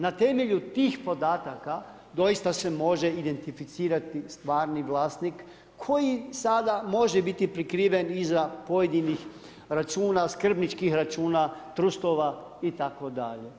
Na temelju tih podataka doista se može identificirati stvarni vlasnik koji sada može biti prikriven iza pojedinih računa, skrbničkih računa, trustova itd.